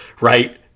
right